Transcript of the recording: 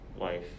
life